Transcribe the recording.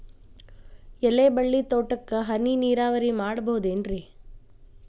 ಎಲೆಬಳ್ಳಿ ತೋಟಕ್ಕೆ ಹನಿ ನೇರಾವರಿ ಮಾಡಬಹುದೇನ್ ರಿ?